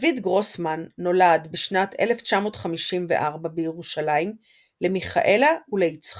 דויד גרוסמן נולד בשנת 1954 בירושלים למיכאלה וליצחק.